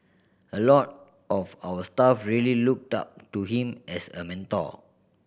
a lot of our staff really looked up to him as a mentor